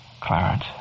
Clarence